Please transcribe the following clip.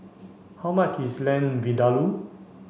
how much is Lamb Vindaloo